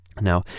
Now